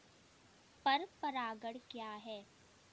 पर परागण क्या है?